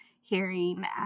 hearing